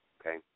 Okay